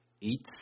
eats